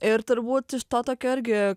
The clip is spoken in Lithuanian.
ir turbūt iš to tokio irgi